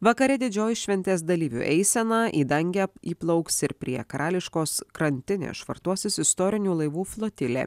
vakare didžioji šventės dalyvių eisena į dangę įplauks ir prie karališkos krantinės švartuosis istorinių laivų flotilė